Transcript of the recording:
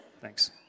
thanks